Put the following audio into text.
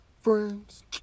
friends